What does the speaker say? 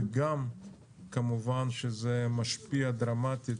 וגם כמובן שזה משפיע דרמטית